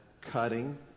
cutting